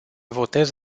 votez